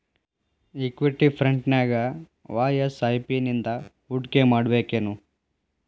Equity ಫ್ರಂಟ್ನ್ಯಾಗ ವಾಯ SIP ನಿಂದಾ ಹೂಡ್ಕಿಮಾಡ್ಬೆಕೇನು?